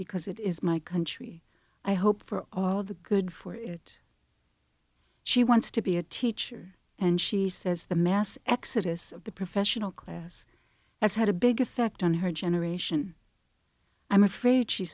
because it is my country i hope for all of the good for it she wants to be a teacher and she says the mass exodus of the professional class has had a big effect on her generation i'm afraid she